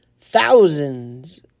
thousands